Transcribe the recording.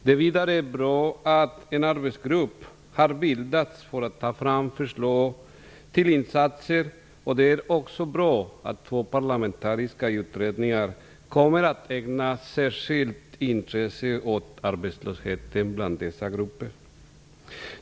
Det är vidare bra att man har bildat en arbetsgrupp som skall ta fram förslag till insatser, och det är bra att två parlamentariska utredningar kommer att ägna särskilt intresse åt arbetslösheten bland invandrare och flyktingar.